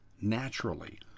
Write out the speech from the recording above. naturally